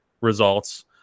results